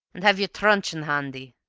and have your truncheon handy.